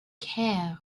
care